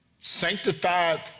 Sanctified